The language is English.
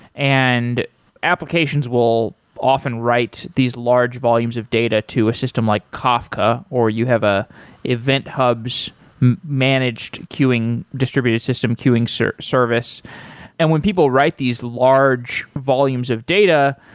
and applications will often write these large volumes of data to a system like kafka, or you have a event hubs managed queueing, distributed system queueing so service and when people write these large volumes of data,